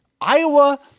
Iowa